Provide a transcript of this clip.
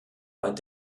weit